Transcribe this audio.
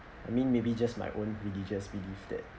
I mean maybe just my own religious belief that